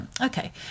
Okay